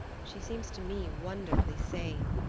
she seems to me wonderfully sane,